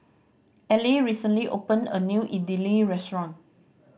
Allie recently opened a new Idili restaurant